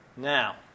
Now